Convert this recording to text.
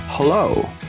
Hello